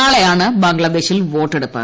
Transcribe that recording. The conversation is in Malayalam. നാളെയാണ് ബംഗ്ലാദേശിൽ വോട്ടെടുപ്പ്